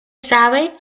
sabe